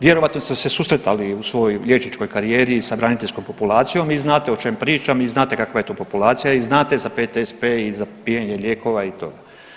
Vjerojatno ste se susretali u svojoj liječničkoj karijeri i sa braniteljskom populacijom, vi znate o čemu pričam i znate kakva je to populacija i znate PTSP i za pijenje lijekova i to.